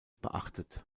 beachtet